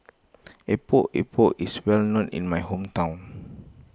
Epok Epok is well known in my hometown